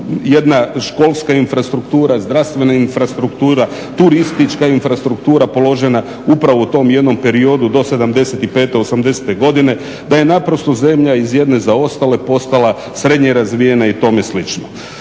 jedna školska infrastruktura, zdravstvena infrastruktura, turistička infrastruktura položena upravo u tom jednom periodu do sedamdeset i pete, osamdesete godine, da je naprosto zemlja iz jedne zaostale postala srednje razvijena i tome slično.